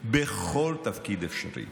בכל תפקיד אפשרי.